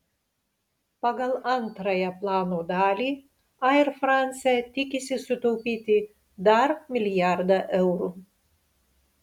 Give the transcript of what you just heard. pagal antrąją plano dalį air france tikisi sutaupyti dar milijardą eurų